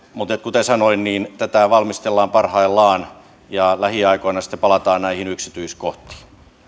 mutta kuten sanoin tätä valmistellaan parhaillaan ja lähiaikoina sitten palataan näihin yksityiskohtiin